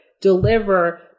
deliver